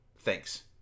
Thanks